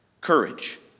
courage